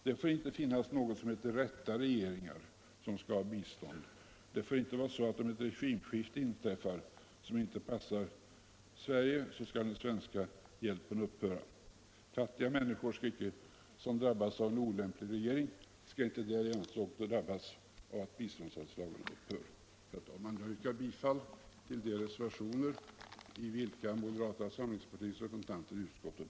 Det får inte finnas något som heter ”rätta regeringar” som skall ha bistånd. Det får inte vara så att den svenska hjälpen skall upphöra om ett regimskifte inträffar som inte passar Sverige. Fattiga människor som drabbas av en olämplig regering skall inte därjämte också drabbas av att biståndsanslagen upphör. Herr talman! Jag yrkar bifall till de reservationer som undertecknats av moderata samlingspartiets representanter i utskottet.